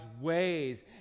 ways